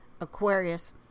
Aquarius